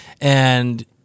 And-